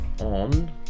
on